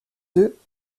deux